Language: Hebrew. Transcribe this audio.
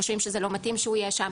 חושבים שזה לא מתאים שהוא יהיה שם,